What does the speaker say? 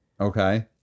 Okay